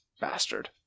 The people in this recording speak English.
Bastard